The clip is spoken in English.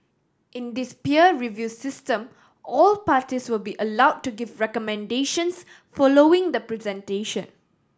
in this peer review system all parties will be allowed to give recommendations following the presentation